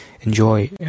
enjoy